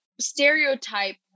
stereotype